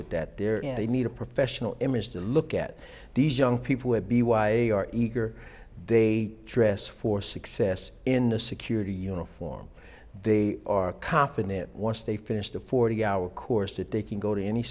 with that there is a need a professional image to look at these young people would be why eager they dress for success in the security uniform they are confident once they finish the forty hour course that they can go to any